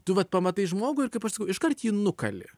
tu vat pamatai žmogų ir kaip aš sakau iškart jį nukali